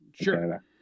Sure